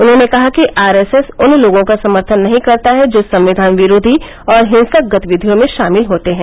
उन्होंने कहा कि आरएसएस उन लोगों का समर्थन नहीं करता है जो संविधान विरोधी और हिंसक गतिविधियों में शामिल होते हैं